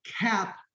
cap